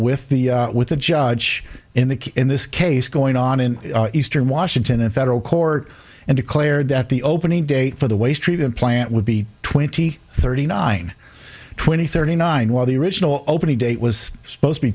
with the with the judge in the in this case going on in eastern washington in federal court and declared that the opening date for the waste treatment plant would be twenty thirty nine twenty thirty nine while the original opening date was supposed to be